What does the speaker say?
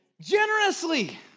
Generously